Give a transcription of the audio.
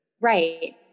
Right